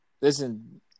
Listen